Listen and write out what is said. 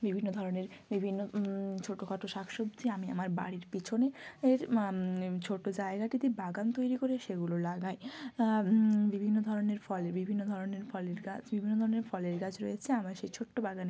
বিভিন্ন ধরনের বিভিন্ন ছোটোখাটো শাক সবজি আমি আমার বাড়ির পিছনে এর ছোটো জায়গাটিতে বাগান তৈরি করে সেগুলো লাগাই বিভিন্ন ধরনের ফল বিভিন্ন ধরনের ফলের গাছ বিভিন্ন ধরনের ফলের গাছ রয়েছে আমার সেই ছোট্টো বাগানে